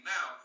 Now